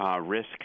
risk